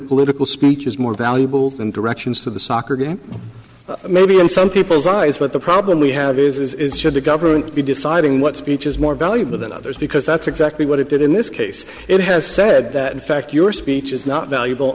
political speech is more valuable than directions to the soccer game maybe in some people's eyes but the problem we have is this is should the government be deciding what speech is more valuable than others because that's exactly what it did in this case it has said that in fact your speech is not valuable